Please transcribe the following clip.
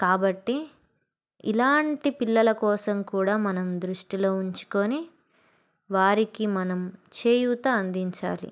కాబట్టి ఇలాంటి పిల్లల కోసం కూడా మనం దృష్టిలో ఉంచుకుని వారికి మనం చేయూత అందించాలి